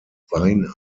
weine